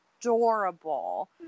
adorable